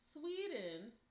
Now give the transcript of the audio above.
Sweden